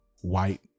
white